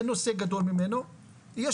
אין נושא גדול ממנו,